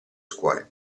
scuole